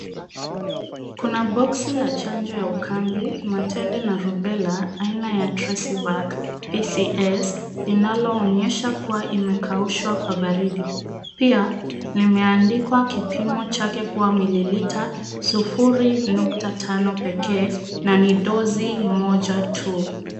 Kuna boxi la chanjo ya ukambi, matende na rubella aina ya TRESIVAC PFS, linaloonyesha kuwa limekaushwa kwa baridi. Pia limeandikwa kipimo chake kua mililita 0.5 pekee na ni dozi moja tu.